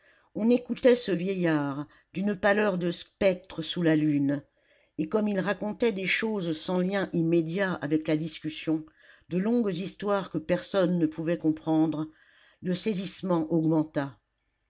on écoutait ce vieillard d'une pâleur de spectre sous la lune et comme il racontait des choses sans liens immédiats avec la discussion de longues histoires que personne ne pouvait comprendre le saisissement